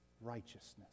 righteousness